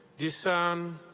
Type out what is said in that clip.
discern,